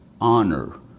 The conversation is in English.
honor